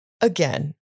Again